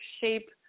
shape